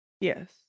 Yes